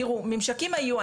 תראו, ממשקים היו.